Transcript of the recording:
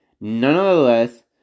Nonetheless